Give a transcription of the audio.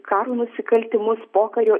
karo nusikaltimus pokario